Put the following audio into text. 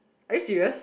are you serious